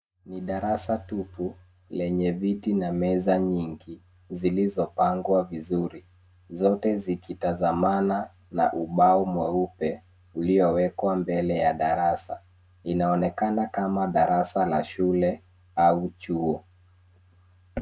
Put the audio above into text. Ni darasa tupu lenye viti na meza mingi zilizopangwa vizuri zote zikitazamana na ubao mweupe uliowekwa mbele ya darasa. Inaonekana kama darasa ya shule au chuo.